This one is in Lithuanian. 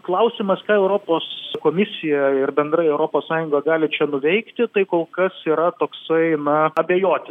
klausimas ką europos komisija ir bendrai europos sąjunga gali čia nuveikti tai kol kas yra toksai na abejoti